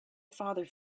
father